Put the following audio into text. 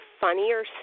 funnier